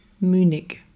Munich